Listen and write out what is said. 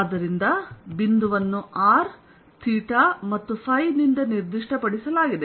ಆದ್ದರಿಂದ ಬಿಂದುವನ್ನು r theta ಮತ್ತು ಫೈ ನಿಂದ ನಿರ್ದಿಷ್ಟಪಡಿಸಲಾಗಿದೆ